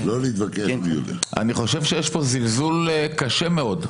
אני חושב שיש פה זלזול קשה מאוד בכנסת,